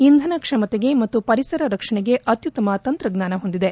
ಇಂಧನ ಕ್ಷಮತೆಗೆ ಮತ್ತು ಪರಿಸರ ರಕ್ಷಣೆಗೆ ಅತ್ಯುತ್ತಮ ತಂತ್ರಜ್ಞಾನ ಹೊಂದಿದೆ